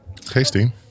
Tasty